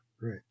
Right